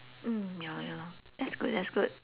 mm ya lor ya lor that's good that's good